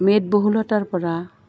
মেদ বহুলতাৰপৰা